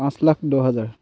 পাঁচ লাখ দহ হাজাৰ